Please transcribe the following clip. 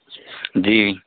جی